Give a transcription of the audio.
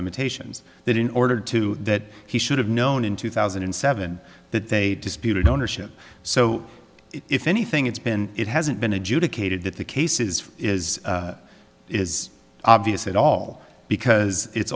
limitations that in order to that he should have known in two thousand and seven that they disputed ownership so if anything it's been it hasn't been adjudicated that the case is is is obvious at all because it's